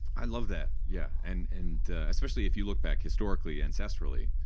i love that. yeah, and and especially if you look back historically, ancestrally,